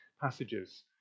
passages